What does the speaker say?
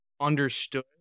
understood